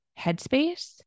headspace